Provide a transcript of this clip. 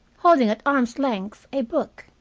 holding at arm's length a book.